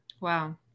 Wow